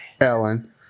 Ellen